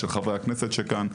ושל חברי הכנסת שנמצאים כאן,